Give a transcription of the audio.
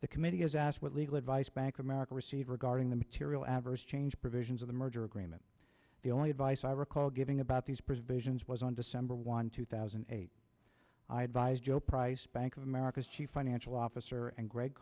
the committee is asked what legal advice bank of america received regarding the material adverse change provisions of the merger agreement the only advice i recall giving about these provisions was on december one two thousand and eight i advised joe price bank of america's chief financial officer and gre